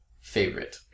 favorite